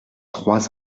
trois